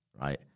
right